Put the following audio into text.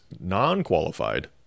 Non-qualified